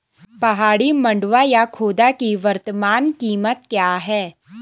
पहाड़ी मंडुवा या खोदा की वर्तमान कीमत क्या है?